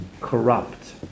corrupt